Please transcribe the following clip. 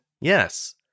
yes